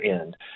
end